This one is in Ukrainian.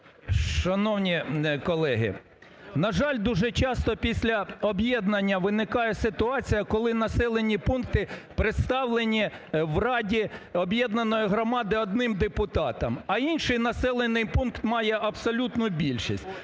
Шановні колеги, на жаль, дуже часто після об'єднання виникає ситуація, коли населені пункти представлені в раді об'єднаної громади одним депутатом, а інший населений пункт має абсолютну більшість.